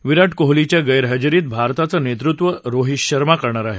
विरा कोहलीच्या गछिजेरीत भारताच उचूत्व रोहित शर्मा करणार आहे